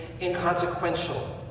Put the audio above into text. inconsequential